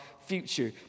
future